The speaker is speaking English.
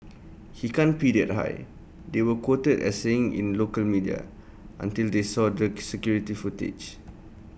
he can't pee that high they were quoted as saying in local media until they saw the security footage